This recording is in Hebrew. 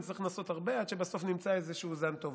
נצטרך לנסות הרבה עד שבסוף נמצא איזשהו זן טוב.